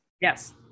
Yes